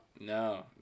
No